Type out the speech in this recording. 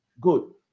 good